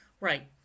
Right